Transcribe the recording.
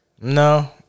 No